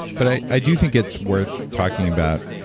but i i do think it's worth talking about.